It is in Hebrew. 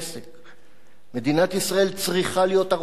מדינת ישראל צריכה להיות ערוכה לאפשרות הזאת,